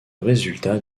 résultat